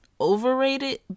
overrated